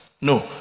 No